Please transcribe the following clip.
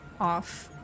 off